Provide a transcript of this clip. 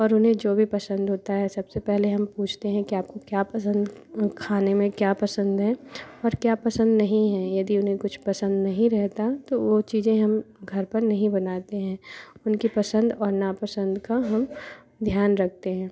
और उन्हें जो भी पसंद होता है सबसे पहले हम पूछते हैं कि आपको क्या पसंद खाने में क्या पसंद है और क्या पसंद नहीं है यदि उन्हें कुछ पसंद नहीं रहता तो वो चीज़ें हम घर पर नहीं बनाते हैं उनकी पसंद और नापसंद का हम ध्यान रखते हैं